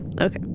okay